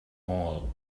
all